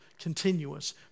continuous